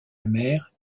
amère